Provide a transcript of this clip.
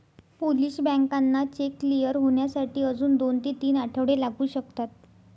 Polish बँकांना check clear होण्यासाठी अजून दोन ते तीन आठवडे लागू शकतात